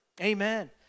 Amen